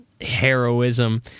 heroism